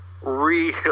Real